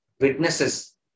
witnesses